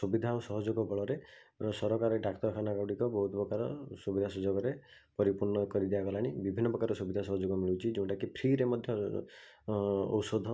ସୁବିଧା ଓ ସହଯୋଗ ବଳରେ ସରକାରୀ ଡ଼ାକ୍ତରଖାନା ଗୁଡ଼ିକ ବହୁତ ପ୍ରକାର ସୁବିଧା ସୁଯୋଗରେ ପରିପୂର୍ଣ୍ଣ କରିଦିଆ ଗଲାଣି ବିଭିନ୍ନ ପ୍ରକାର ସୁବିଧା ସହଯୋଗ ମିଳୁଛି ଯୋଉଟାକି ଫ୍ରୀରେ ମଧ୍ୟ ଔଷଧ